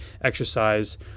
exercise